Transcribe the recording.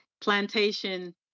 plantation